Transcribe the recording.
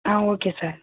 ah okay sir